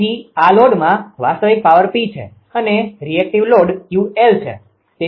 તેથી આ લોડમાં વાસ્તવિક પાવર P છે અને રીએક્ટીવ લોડ 𝑄𝑙 છે